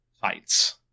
fights